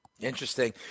Interesting